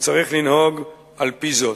וצריך לנהוג על-פי זאת.